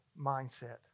mindset